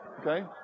Okay